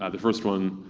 ah the first one,